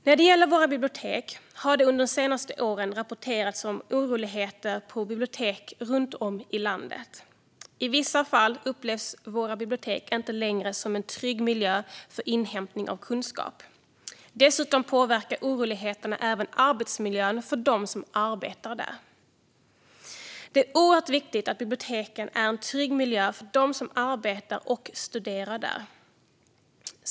När det gäller våra bibliotek har det de senaste åren rapporterats om oroligheter på bibliotek runt om i landet. I vissa fall upplevs våra bibliotek inte längre som en trygg miljö för inhämtning av kunskap. Dessutom påverkar oroligheterna även arbetsmiljön för dem som arbetar där. Det är oerhört viktigt att biblioteken är en trygg miljö för dem som arbetar och studerar där.